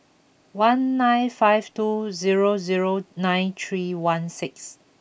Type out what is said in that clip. one nine five two zero zero nine three one six